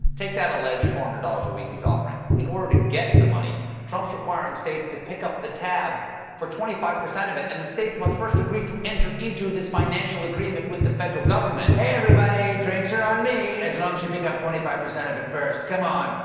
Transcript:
take that alleged four hundred dollars a week he is offering. in order to get the money trump is requiring states to pick up the tab for twenty five percent of it and states must first agree to enter into this financial agreement with the federal government. hey, everybody, drinks are on me as long as you pick up twenty five percent of it first. come on,